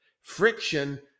Friction